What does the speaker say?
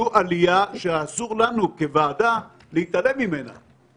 בזה אפשר לעבור את המסננת,